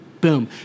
Boom